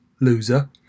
loser